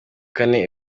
kane